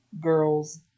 girls